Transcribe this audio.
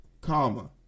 comma